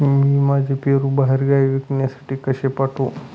मी माझे पेरू बाहेरगावी विकण्यासाठी कसे पाठवू?